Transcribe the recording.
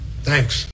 Thanks